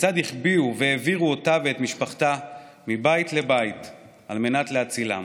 וכיצד החביאו והעבירו אותה ואת משפחתה מבית לבית על מנת להצילם.